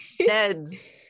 NEDS